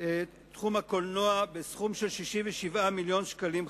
תחום הקולנוע בסכום של 67 מיליון שקלים חדשים.